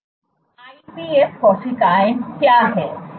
iPS कोशिकाएं क्या हैं